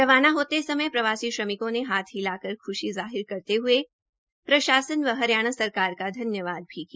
रवाना होते समय प्रवासी श्रमिकों ने हाथ हिलाकर ख्शी जाहिर करते हुए प्रशासन व हरियाणा सरकार का धन्यवाद भी किया